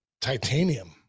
Titanium